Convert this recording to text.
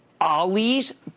Ali's